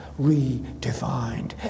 redefined